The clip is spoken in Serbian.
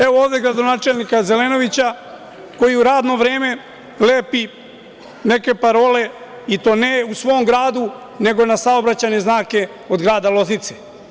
Evo ovde gradonačelnika Zelenovića koji u radno vreme lepi neke parole i to ne u svom gradu, nego na saobraćajne znake kod grada Loznice.